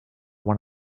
one